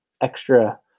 extra